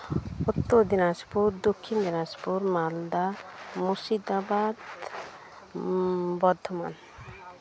Uttar Dinajpur Dakshin Dinajpur Malda Murshidabad Bardhaman